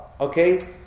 Okay